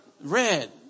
Red